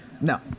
No